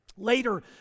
Later